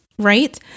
right